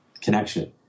connection